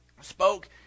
spoke